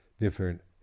different